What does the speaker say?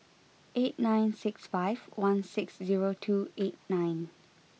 eight nine six five one six zero two eight nine